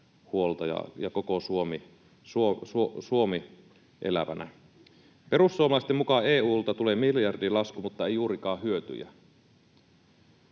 ja koko Suomen elävänä. Perussuomalaisten mukaan EU:lta tulee miljardilasku mutta ei juurikaan hyötyjä.